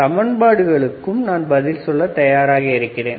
சமன்பாடுகளுக்கும் நான் பதில் சொல்ல தயாராக இருக்கிறேன்